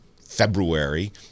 February